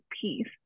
peace